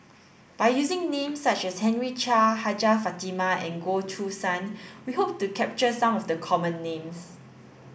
by using names such as Henry Chia Hajjah Fatimah and Goh Choo San we hope to capture some of the common names